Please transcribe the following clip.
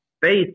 faith